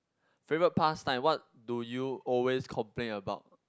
favourite pastime what do you always complain about